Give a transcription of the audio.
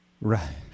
Right